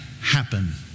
happen